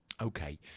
Okay